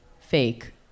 fake